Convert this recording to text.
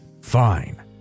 fine